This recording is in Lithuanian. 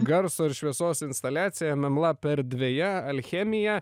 garso ir šviesos instaliacija em em lap erdvėje alchemija